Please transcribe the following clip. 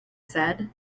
said